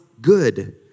good